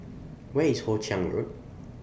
Where IS Hoe Chiang Road